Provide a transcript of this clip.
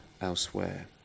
elsewhere